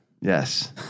Yes